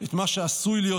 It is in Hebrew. את מה שעשוי להיות,